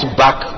back